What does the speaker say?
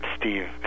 Steve